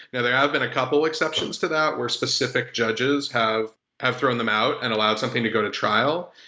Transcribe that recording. yeah there have been a couple of exceptions to that were specific judges have have thrown them out and allowed something to go to trial.